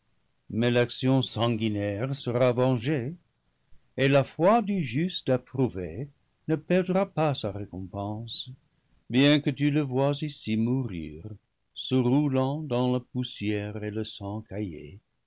mais l'action sanguinaire sera vengée et la foi du juste approuvée ne perdra pas sa récompense bien que tu le voies ici mourir se roulant dans la poussière et le sang